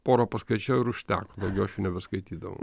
porą paskaičiau ir užteko daugiau aš jų nebeskaitydavau